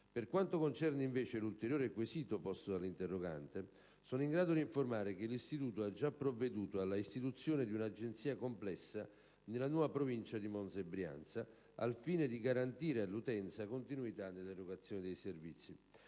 Per quanto concerne, invece, l'ulteriore quesito posto dagli interroganti, sono in grado di informare che l'Istituto ha già provveduto alla istituzione di una agenzia complessa nella nuova Provincia di Monza e Brianza, al fine di garantire all'utenza continuità nell'erogazione dei servizi.